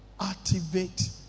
activate